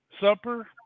supper